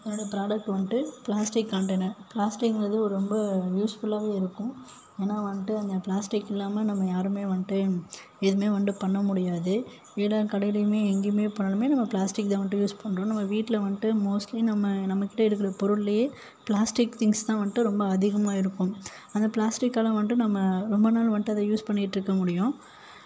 என்னோட ப்ராடக்ட் வந்துவிட்டு plastic container பிளாஸ்டிக்குங்குறது ஒரு ரொம்ப யூஸ்ஃபுல்லாகவும் இருக்கும் ஏன்னா வந்துவிட்டு பிளாஸ்டிக் இல்லாமல் நம்ம யாருமே வந்துவிட்டு எதுவுமே வந்துவிட்டு பண்ண முடியாது ஏன்னா கடையிலுமே எங்கேயுமே போனாலுமே பிளாஸ்டிக் தான் வந்துவிட்டு நம்ம யூஸ் பண்ணுறோம் நம்ம வீட்டில் வந்துவிட்டு மோஸ்ட்லி நம்ம நம்மகிட்ட இருக்கிற பொருள்ளையே பிளாஸ்டிக் திங்ஸ் தான் வந்துட்டு ரொம்ப அதிகமாக இருக்கும் அந்த பிளாஸ்டிக்கெல்லாம் வந்துவிட்டு நம்ம ரொம்ப நாள் வந்துவிட்டு அதை யூஸ் பண்ணிட்டுருக்க முடியும்